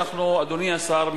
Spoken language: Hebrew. אדוני השר,